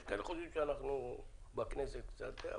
יש כאלה שחושבים שאנחנו בכנסת קצת זה,